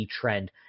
trend